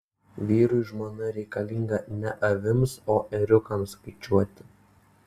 vyrui žmona reikalinga ne avims o ėriukams skaičiuoti